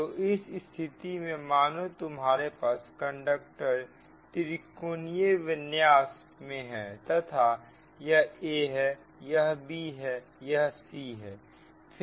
तो इस स्थिति में मानो तुम्हारे पास कंडक्टर त्रिकोणीय विन्यास में है तथा यह a है यह b है यह c है